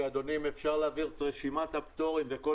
אדוני אם אפשר להעביר את רשימת הפטורים וכל